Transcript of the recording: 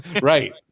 Right